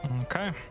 Okay